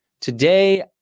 Today